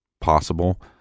possible